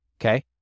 Okay